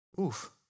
Oof